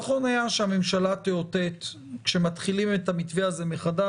נכון היה שהממשלה תאותת: כשמתחילים את המתווה הזה מחדש,